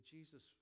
Jesus